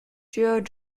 and